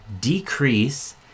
decrease